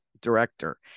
director